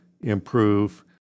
improve